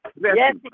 Yes